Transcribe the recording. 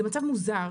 זה מצב מוזר.